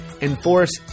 enforce